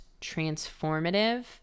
transformative